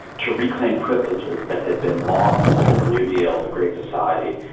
to reclaim privileges that had been lost under the new deal, the great society,